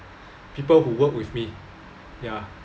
people who work with me ya